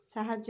ସାହାଯ୍ୟ